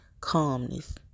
calmness